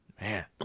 Man